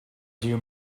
few